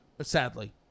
sadly